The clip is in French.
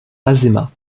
azéma